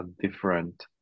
different